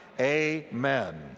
Amen